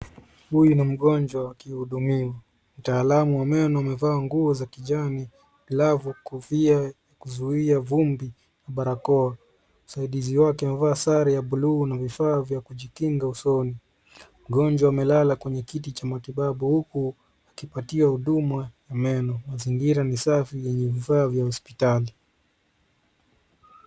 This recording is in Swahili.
Huyu ni mgonjwa akihudumiwa. Mtaalamu wa meno amevaa nguo za kijani, glavu, kofia kuzuia vumbi na barakoa. Msaidizi wake amevaa sare ya bluu na vifaa vya kujikinga usoni. Mgonjwa amelala kwenye kiti cha matibabu huku akipatiwa huduma ya meno. Mazingira ni safi yenye vifaa vya hospitali.